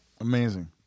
Amazing